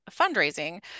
fundraising